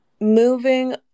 Moving